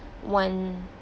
want